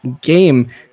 game